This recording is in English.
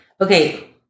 okay